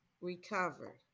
recovered